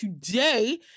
today